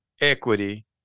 equity